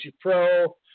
Pro